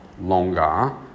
longer